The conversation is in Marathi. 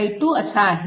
i2 असा आहे